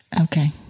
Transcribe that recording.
okay